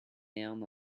down